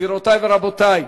גבירותי ורבותי,